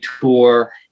tour